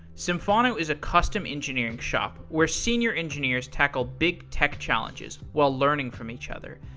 symphono is a custom engineering shop where senior engineers tackle big tech challenges while learning from each other.